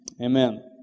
Amen